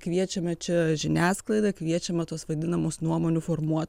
kviečiame čia žiniasklaidą kviečiame tuos vadinamus nuomonių formuo